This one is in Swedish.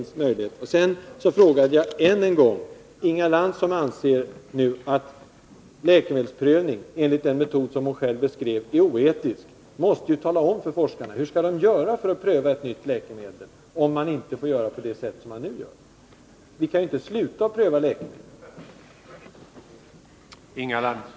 Sedan framhöll jag än en gång att Inga Lantz, som nu anser att läkemedelsprövning enligt den metod som hon själv beskrev är oetisk, måste tala om för forskarna hur de skall göra för att pröva ett nytt läkemedel, om man inte får göra på det sättet som man nu gör. Vi kan ju inte sluta med att pröva läkemedel.